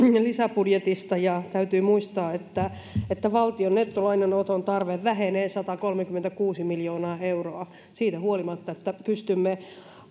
lisäbudjetista täytyy muistaa että että valtion nettolainanoton tarve vähenee satakolmekymmentäkuusi miljoonaa euroa siitä huolimatta että pystymme